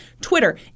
Twitter